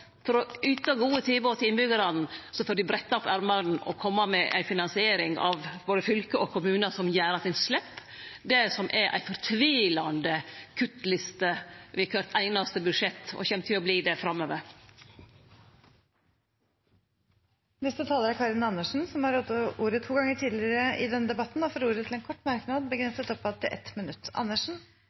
for å yte gode tilbod til innbyggjarane, får dei brette opp ermane og kome med ei finansiering av både fylke og kommunar som gjer at ein slepp det som er ei fortvilande kuttliste ved kvart einaste budsjett, og som kjem til å verte det framover. Representanten Karin Andersen har hatt ordet to ganger tidligere og får ordet til en kort merknad, begrenset til 1 minutt.